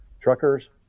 truckers